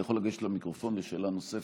אתה יכול לגשת למיקרופון לשאלה נוספת.